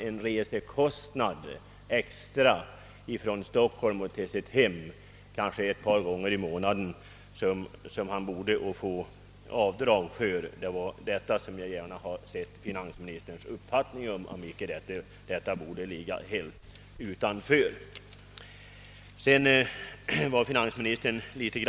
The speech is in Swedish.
För resor från Stockholm till sitt hem i Värmland ett par gånger i månaden får den ene vidkännas en utgift som han borde få avdrag för. Sådan utgift har ej den andre. Det var denna fråga som jag gärna ville höra finansministerns uppfattning om.